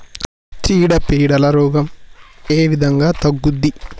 చీడ పీడల రోగం ఏ విధంగా తగ్గుద్ది?